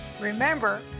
Remember